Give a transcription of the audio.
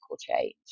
change